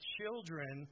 children